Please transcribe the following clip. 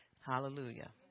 Hallelujah